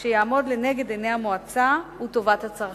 שיעמוד לנגד עיני המועצה הוא טובת הצרכנים.